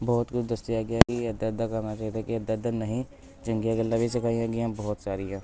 ਬਹੁਤ ਕੁਝ ਦੱਸਿਆ ਗਿਆ ਕਿ ਇੱਦਾਂ ਇੱਦਾਂ ਕਰਨਾ ਚਾਹੀਦਾ ਕਿ ਇੱਦਾਂ ਇੱਦਾਂ ਨਹੀਂ ਚੰਗੀਆਂ ਗੱਲਾਂ ਵੀ ਸਿਖਾਈਆਂ ਗਈਆਂ ਬਹੁਤ ਸਾਰੀਆਂ